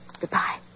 Goodbye